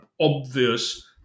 obvious